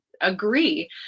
agree